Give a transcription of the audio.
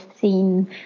seen